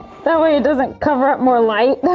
that way it doesn't cover up more light.